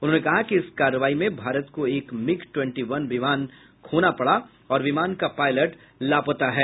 उन्होंने कहा कि इस कार्रवाई में भारत को एक मिग ट्वेंटी वन विमान खोना पड़ा और विमान का पायलट लापता है